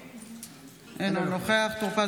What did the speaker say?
אינו נוכח עמית הלוי,